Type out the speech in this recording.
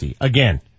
Again